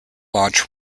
launch